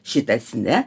šitas ne